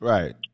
Right